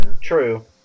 True